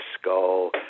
skull